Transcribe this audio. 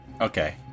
Okay